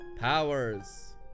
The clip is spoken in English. powers